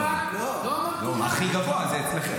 לא רק -- הכי גבוה זה אצלכם.